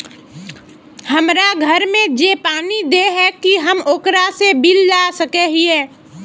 हमरा घर में जे पानी दे है की हम ओकरो से बिल ला सके हिये?